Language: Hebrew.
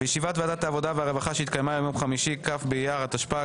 בישיבת ועדת העבודה שהתקיימה היום יום חמישי כ' באייר התשפ"ג,